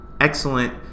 excellent